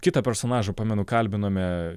kitą personažą pamenu kalbinome